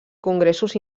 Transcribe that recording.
congressos